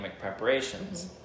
preparations